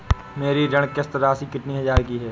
मेरी ऋण किश्त राशि कितनी हजार की है?